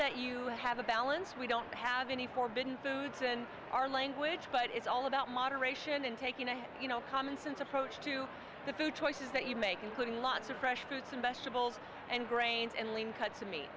that you have a balance we don't have any forbidden foods in our language but it's all about moderation and taking you know common sense approach to the food choices that you make including lots of fresh fruits and vegetables and grains and lean cuts to me